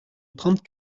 trente